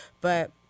but-